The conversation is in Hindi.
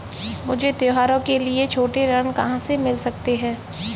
मुझे त्योहारों के लिए छोटे ऋृण कहां से मिल सकते हैं?